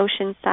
Oceanside